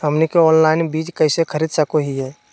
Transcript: हमनी ऑनलाइन बीज कइसे खरीद सको हीयइ?